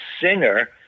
singer